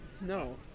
No